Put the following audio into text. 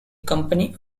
company